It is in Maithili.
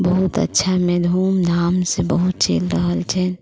बहुत अच्छामे धूम धामसँ बहुत चलि रहल छनि